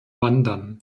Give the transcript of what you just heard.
wandern